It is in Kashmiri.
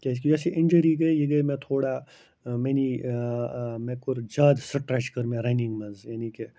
کیٛازکہِ یۄس یہِ اِنجوٗری گٔے یہِ گٔے مےٚ تھوڑا میٚنی مےٚ کوٚر زیادٕ سٕٹرٛچ کٔر مےٚ رَنِنٛگ منٛز یعنی کہِ